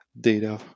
data